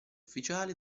ufficiale